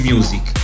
Music